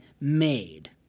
made